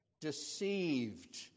deceived